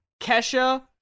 Kesha